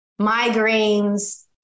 migraines